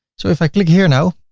so if i click here now,